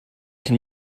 can